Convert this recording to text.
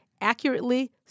accurately